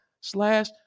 slash